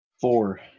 four